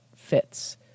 fits